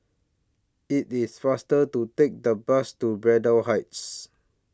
IT IS faster to Take The Bus to Braddell Heights